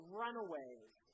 runaways